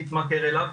יתמכר אליו.